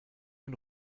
den